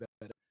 better